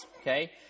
okay